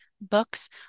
books